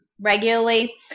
regularly